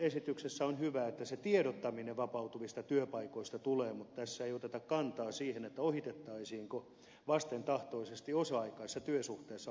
esityksessä on hyvä että se tiedottaminen vapautuvista työpaikoista tulee mutta tässä ei oteta kantaa siihen ohitettaisiinko vastentahtoisesti osa aikaisessa työsuhteessa oleva henkilö